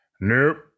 Nope